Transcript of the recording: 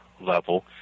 level